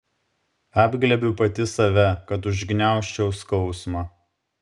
apglėbiu pati save kad užgniaužčiau skausmą